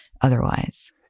otherwise